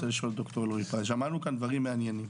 שמענו פה דברים מעניינים.